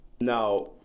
now